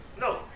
No